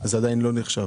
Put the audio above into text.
זה עדיין לא נחשב?